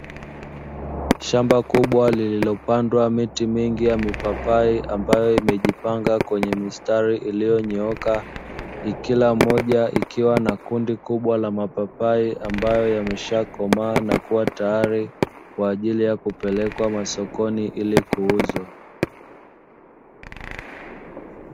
Shamba kubwa lililopandwa miti mingi ya mipapai iliyojipanga kwenye mistari iliyonyooka, kila moja ikiwa na kundi kubwa la mapapai ambayo yamekwisha komaa na kuwa tayari kwa ajili ya kupelekwa masokoni ili kuuzwa.